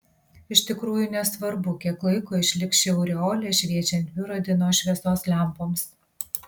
iš tikrųjų nesvarbu kiek laiko išliks ši aureolė šviečiant biuro dienos šviesos lempoms